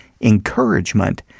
Encouragement